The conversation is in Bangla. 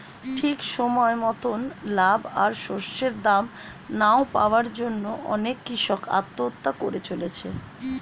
ঠিক সময় মতন লাভ আর শস্যের দাম না পাওয়ার জন্যে অনেক কূষক আত্মহত্যা করে চলেছে